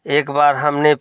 एक बार हमने